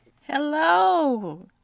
Hello